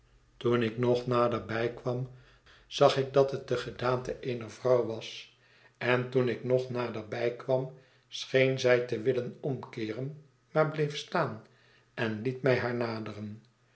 toen ik nog naderbij kwam zag ik dat het de gedaante eener vrouw was en toen ik nog naderbij kwam scheen zij te willen omkeeren maar bleef staan en liet mij haar naderen